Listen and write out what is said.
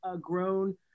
grown